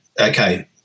okay